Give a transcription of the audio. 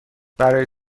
برای